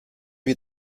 wie